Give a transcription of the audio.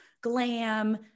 glam